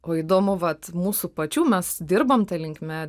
o įdomu vat mūsų pačių mes dirbam ta linkme